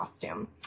costume